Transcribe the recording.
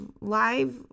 live